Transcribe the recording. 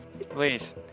Please